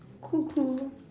cool cool